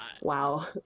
Wow